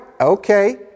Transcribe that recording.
okay